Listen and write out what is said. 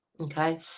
Okay